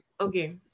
okay